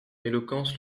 éloquence